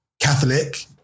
Catholic